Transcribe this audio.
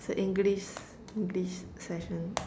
it's a English English session